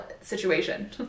situation